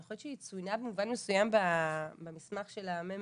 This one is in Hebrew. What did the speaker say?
יכול להיות שהיא צוינה במסמך של הממ"מ,